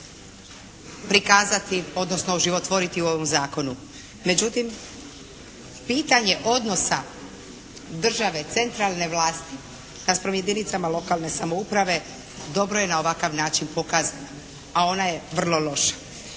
prikazati, odnosno oživotvoriti u ovom Zakonu, međutim pitanje odnosa države centralne vlasti naspram jedinicama lokalne samouprave dobro je na ovakav način …/Govornica se ne